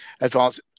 advanced